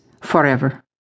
forever